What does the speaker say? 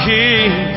King